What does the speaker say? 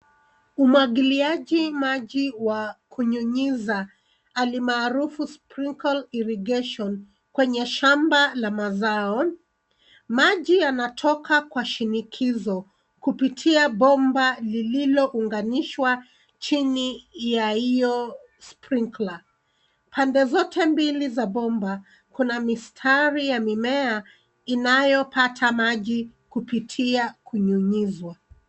Umwagiliaji maji wa kunyunyiza, alimaarufu sprinkle irrigation, kwenye shamba la mazao, maji yanatoka kwa shinikizo, kupitia bomba lililounganishwa chini ya hiyo sprinkler. Pande zote mbili za bomba kuna mistari ya mimea, inayopata maji kupitia kunyunyizwa.